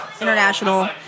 international